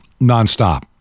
nonstop